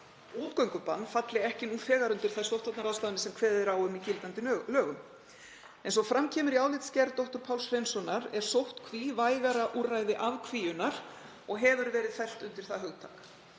útgöngubann falli ekki nú þegar undir þær sóttvarnaráðstafanir sem kveðið er á um í gildandi lögum. Eins og fram kemur í álitsgerð dr. Páls Hreinssonar er sóttkví vægara úrræði afkvíunar og hefur verið fellt undir það hugtak.